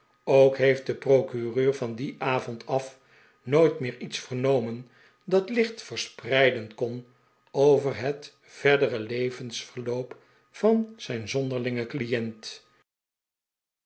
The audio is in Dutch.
ook heeft de procureur van dien avond af nooit meer iets vernomen dat eenig licht verspreiden kon over den verderen levensloop van zijn zonderlingen client